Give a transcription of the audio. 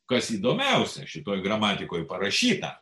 kas įdomiausia šitoj gramatikoj parašyta